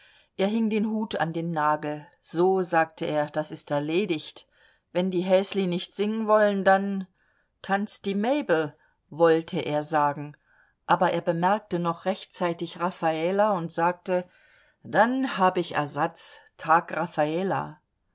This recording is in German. er hing den hut an den nagel so sagte er das ist erledigt wenn die häsli nicht singen wollen dann tanzt die mabel wollte er sagen aber er bemerkte noch rechtzeitig raffala und sagte dann hab ich ersatz